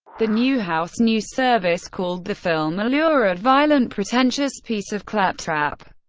the newhouse news service called the film a lurid, violent, pretentious piece of claptrap.